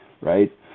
right